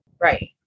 Right